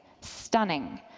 stunning